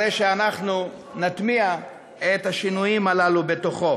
הרי שאנחנו נטמיע את השינויים הללו בתוכו.